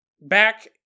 back